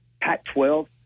Pac-12